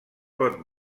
pot